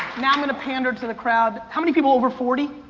now i'm gonna pander to the crowd, how many people over forty?